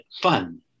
fun